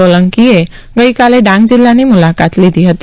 સોલંકીએ ગઇકાલે ડાંગ જિલ્લાની મુલાકાત લીધી હતી